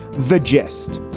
the gist?